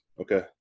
okay